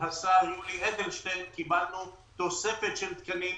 השר יולי אדלשטיין קיבלנו תוספת של תקנים,